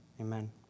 Amen